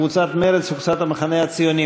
קבוצת מרצ וקבוצת המחנה הציוני,